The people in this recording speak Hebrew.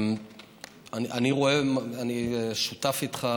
אני שותף לך,